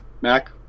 Mac